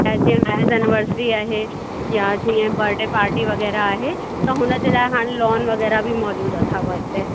चाहे जीअं marriage anniversary आहे या जीअं बर्डे पार्टी वग़ैरह आहे त हुनजे लाइ हाणे लॉन वग़ैरह बि मौजूदु अथव हिते